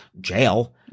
jail